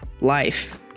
life